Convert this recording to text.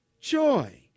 Joy